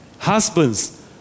Husbands